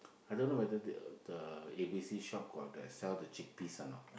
I don't know whether the the A_B_C shop got the sell the cheap piece or not